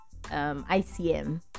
ICM